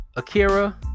Akira